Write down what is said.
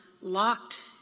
Locked